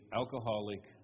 alcoholic